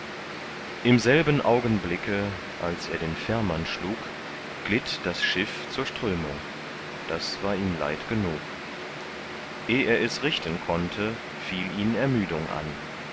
im selben augenblicke als er den fährmann schlug glitt das schiff zur strömung das war ihm leid genug eh er es richten konnte fiel ihn ermüdung an